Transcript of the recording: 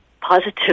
positive